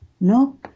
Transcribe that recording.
No